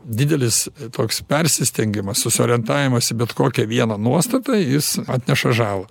didelis toks persistengimas susiorientavimas į bet kokią vieną nuostatą jis atneša žalą